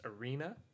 arena